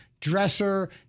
dresser